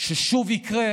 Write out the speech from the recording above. ששוב יקרה